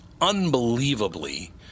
unbelievably